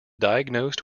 diagnosed